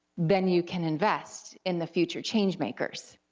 then you can invest in the future changemakers,